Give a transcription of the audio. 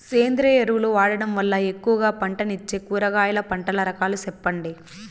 సేంద్రియ ఎరువులు వాడడం వల్ల ఎక్కువగా పంటనిచ్చే కూరగాయల పంటల రకాలు సెప్పండి?